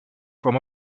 from